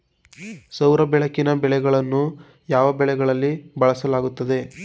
ಸೌರ ಬೆಳಕಿನ ಬಲೆಗಳನ್ನು ಯಾವ ಬೆಳೆಗಳಲ್ಲಿ ಬಳಸಲಾಗುತ್ತದೆ?